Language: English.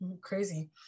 crazy